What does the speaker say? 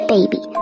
Baby